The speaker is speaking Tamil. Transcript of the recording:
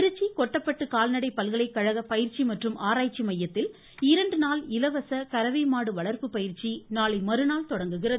திருச்சி கொட்டப்பட்டு கால்நடை பல்கலைக்கழக பயிற்சி மற்றும் ஆராய்ச்சி மையத்தில் இரண்டு நாள் இலவச கறவை மாடு வளர்ப்பு பயிற்சி நாளை மறுநாள் தொடங்குகிறது